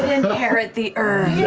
inherit the earth. yeah